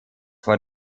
vor